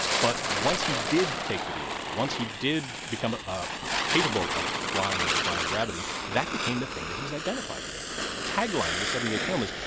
but, once he did take to the air, once he did become ah ah capable of flying and defying gravity, that became the thing that he's identified with. the tagline of the seventy eight film is,